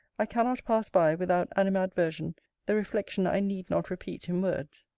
i cannot pass by, without animadversion, the reflection i need not repeat in words.